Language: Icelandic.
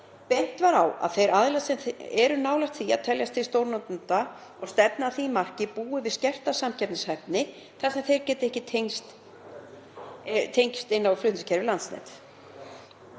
Bent var á að þeir aðilar sem eru nálægt því að teljast til stórnotenda og stefni að því marki búi við skerta samkeppnishæfni þar sem þeir geti ekki tengst inn á flutningskerfi Landsnets.